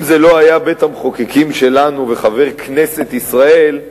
אם זה לא היה מחוקקים שלנו וחבר כנסת ישראל,